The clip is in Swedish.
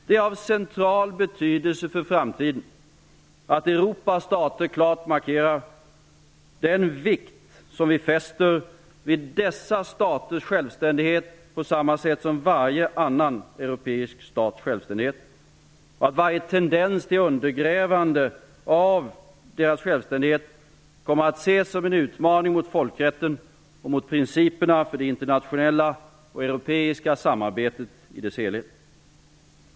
Det är av central betydelse för framtiden att Europas stater klart markerar att de tre baltiska staternas fulla självständighet är lika viktig som varje annan europeisk stats självständighet, och att varje tendens till undergrävande av deras självständighet kommer att ses som en utmaning mot folkrätten och mot principerna för det internationella och europeiska samarbetet i dess helhet.